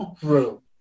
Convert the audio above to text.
True